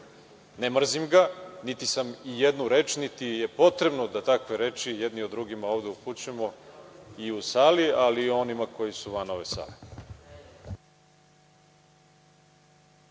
Ne mrzim ga, niti sam ijednu reč, niti je potrebno da takve reči jedni o drugima ovde upućujemo i u sali, ali i o onima koji su van ove sale.